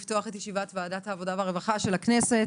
אני מתכבדת לפתוח את ישיבת ועדת העבודה והרווחה של הכנסת,